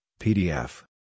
PDF